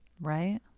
Right